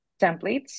templates